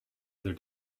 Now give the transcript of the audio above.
other